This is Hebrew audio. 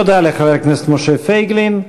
תודה לחבר הכנסת משה פייגלין.